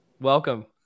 welcome